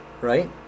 Right